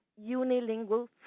unilingual